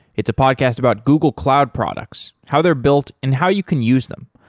it's a podcast about google cloud products, how they're built and how you can use them.